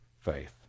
faith